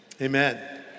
Amen